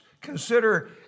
consider